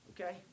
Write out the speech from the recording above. Okay